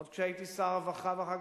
עוד כשהייתי שר הרווחה,